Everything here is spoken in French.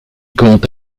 compte